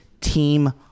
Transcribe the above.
Team